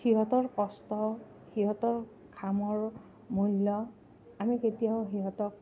সিহঁতৰ কষ্ট সিহঁতৰ ঘামৰ মূল্য আমি কেতিয়াও সিহঁতক